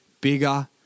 bigger